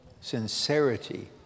sincerity